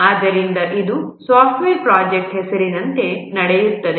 ಆದ್ದರಿಂದ ಅದು ಸಾಫ್ಟ್ವೇರ್ ಪ್ರಾಜೆಕ್ಟ್ಯ ಹೆಸರಿನಿಂದ ನಡೆಯುತ್ತಿದೆ